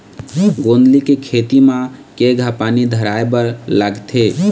गोंदली के खेती म केघा पानी धराए बर लागथे?